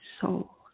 soul